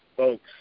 Folks